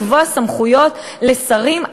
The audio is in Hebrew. לקבוע סמכויות לשרים,